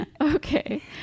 Okay